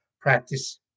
practice